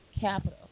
capital